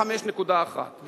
5.1,